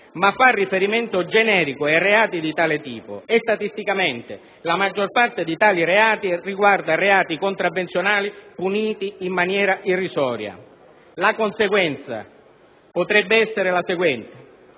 ma fa riferimento generico ai reati di tale tipo. E statisticamente la maggior parte dei reati riguarda reati contravvenzionali puniti in maniera irrisoria. La conseguenza potrebbe essere la seguente: